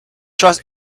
trust